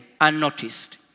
unnoticed